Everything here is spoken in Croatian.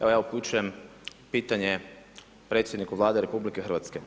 Evo ja upućujem pitanje predsjedniku Vlade RH.